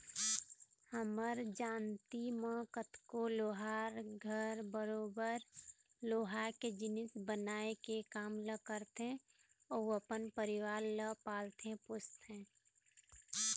हमर जानती म कतको लोहार घर बरोबर लोहा के जिनिस बनाए के काम ल करथे अउ अपन परिवार ल पालथे पोसथे